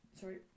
Sorry